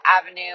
avenue